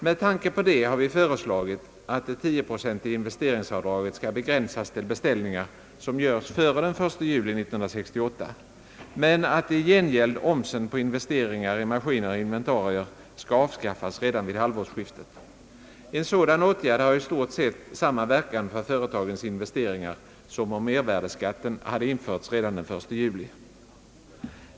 Med tanke på detta har vi föreslagit, att det tioprocentiga investeringsavdraget skall begränsas till beställningar som görs före den 1 juli 1968, men att i gengäld omsen på investeringar i maskiner och inventarier skall avskaffas redan vid halvårsskiftet. En sådan åtgärd har i stort sett samma verkan för företagens investeringar som om mervärdeskatten hade införts den 1 juli.